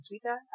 Twitter